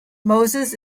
moses